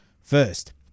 First